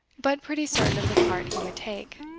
but pretty certain of the part he would take.